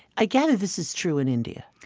i gather this is true in india?